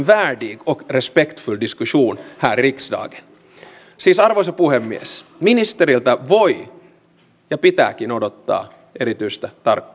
hädän hetkellä kukaan ei halua pohtia onko poliisilla tarpeeksi resursseja tehtävänsä hoitamiseen